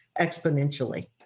exponentially